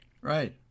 Right